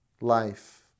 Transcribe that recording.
life